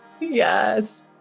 Yes